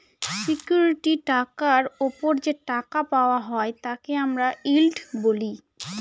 security টাকার ওপর যে টাকা পাওয়া হয় তাকে আমরা ইল্ড বলি